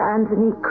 Anthony